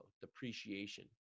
depreciation